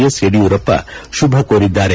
S Yediyurappa ಶುಭ ಕೋರಿದ್ದಾರೆ